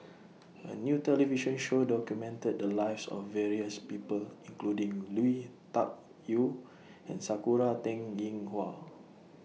A New television Show documented The Lives of various People including Lui Tuck Yew and Sakura Teng Ying Hua